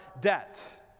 debt